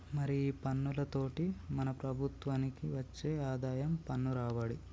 మరి ఈ పన్నులతోటి మన ప్రభుత్వనికి వచ్చే ఆదాయం పన్ను రాబడి